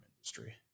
industry